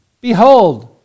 behold